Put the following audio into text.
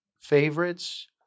Favorites